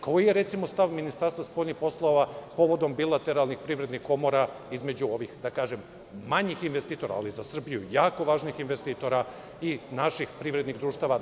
Koji je, recimo, stav Ministarstva spoljnih poslova povodom bilateralnih privrednih komora između ovih, da kažem, manjih investitora, ali za Srbiju jako važnih i naših privrednih društava?